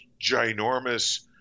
ginormous